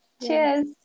Cheers